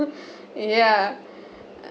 yeah